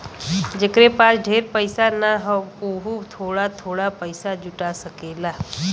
जेकरे पास ढेर पइसा ना हौ वोहू थोड़ा थोड़ा पइसा जुटा सकेला